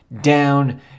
down